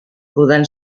podent